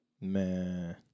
Man